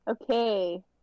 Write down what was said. Okay